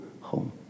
home